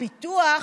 פיתוח,